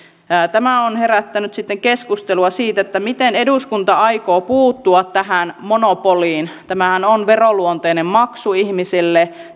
tämä on herättänyt sitten keskustelua siitä miten eduskunta aikoo puuttua tähän monopoliin tämähän on veroluonteinen maksu ihmisille